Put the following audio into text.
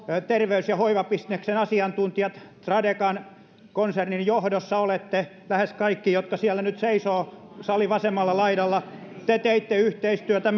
terveys ja hoivabisneksen asiantuntijat tradekan konsernin johdossa olette lähes kaikki jotka siellä nyt seisotte salin vasemmalla laidalla te teitte yhteistyötä